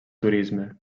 turisme